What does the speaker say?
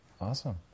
Awesome